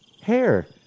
Hair